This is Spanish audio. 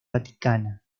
vaticana